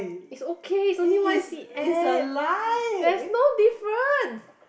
it's ok it's only one C_M there's no difference